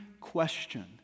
question